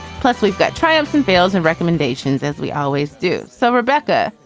plus, we've got triumphs and bills and recommendations, as we always do so, rebecca,